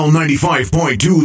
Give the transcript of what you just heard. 95.2